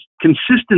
consistent